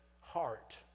heart